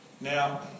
Now